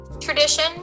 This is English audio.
tradition